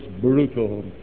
brutal